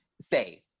safe